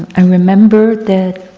i remember that